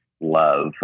love